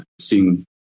seeing